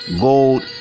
gold